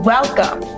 Welcome